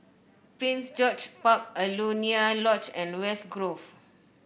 Prince George's Park Alaunia Lodge and West Grove